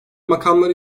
makamları